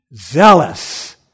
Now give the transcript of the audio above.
zealous